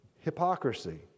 hypocrisy